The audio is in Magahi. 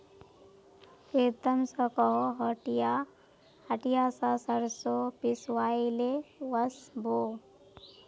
प्रीतम स कोहो हटिया स सरसों पिसवइ ले वस बो